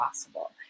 possible